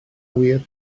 ŵyr